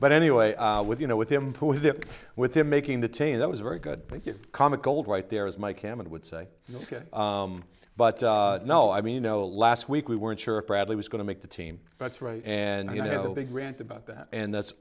but anyway with you know with him there with him making the team that was very good thank you comic gold right there as my camera would say ok but no i mean you know last week we weren't sure if bradley was going to make the team that's right and you know the big rant about that and that's